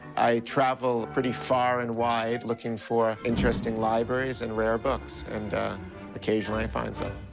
i travel pretty far and wide looking for interesting libraries and rare books. and occasionally, i find so